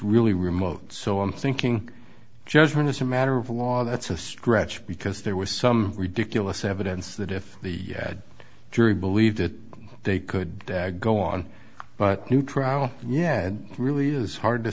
really remote so i'm thinking judgment as a matter of law that's a stretch because there was some ridiculous evidence that if the jury believed that they could go on but new trial yeah it really is hard to